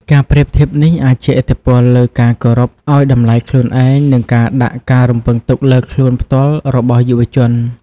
ការប្រៀបធៀបនេះអាចជះឥទ្ធិពលលើការគោរពឱ្យតម្លៃខ្លួនឯង និងការដាក់ការរំពឹងទុកលើខ្លួនផ្ទាល់របស់យុវជន។